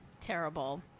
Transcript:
Terrible